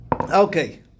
Okay